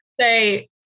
say